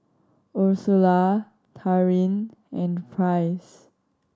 Ursula Taryn and Price